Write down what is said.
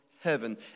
heaven